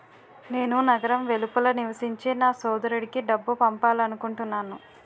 నేను నగరం వెలుపల నివసించే నా సోదరుడికి డబ్బు పంపాలనుకుంటున్నాను